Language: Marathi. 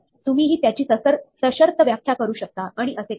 तुम्ही ही त्याची सशर्त व्याख्या करू शकता आणि असे काही